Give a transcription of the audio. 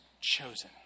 chosen